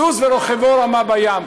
"שירו לה' סוס ורכבו רמה בים".